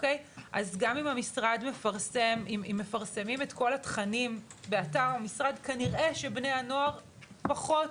אז גם אם המשרד מפרסמים את כל התכנים באתר המשרד כנראה שבני הנוער פחות